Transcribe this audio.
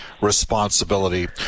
responsibility